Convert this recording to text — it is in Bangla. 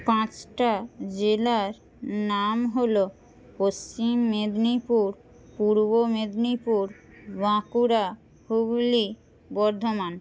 পাঁচটা জেলার নাম হল পশ্চিম মেদিনীপুর পূর্ব মেদিনীপুর বাঁকুড়া হুগলি বর্ধমান